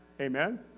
Amen